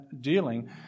dealing